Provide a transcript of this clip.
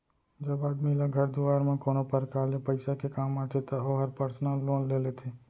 जब आदमी ल घर दुवार म कोनो परकार ले पइसा के काम आथे त ओहर पर्सनल लोन ले लेथे